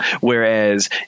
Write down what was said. Whereas